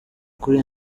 kuri